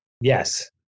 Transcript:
Yes